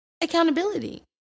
Accountability